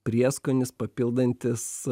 prieskonis papildantis